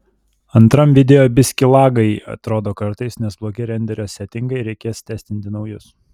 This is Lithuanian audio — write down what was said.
antram video biskį lagai atrodo kartais nes blogi renderio setingai reikės testinti naujus